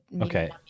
Okay